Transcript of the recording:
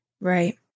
Right